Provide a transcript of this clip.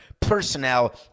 personnel